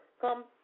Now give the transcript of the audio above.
Come